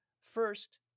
First